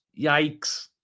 Yikes